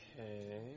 Okay